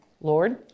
Lord